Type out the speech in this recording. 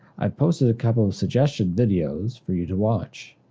i posted a couple of suggestion videos for you to watch.